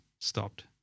stopped